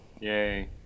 Yay